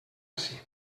ací